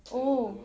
oh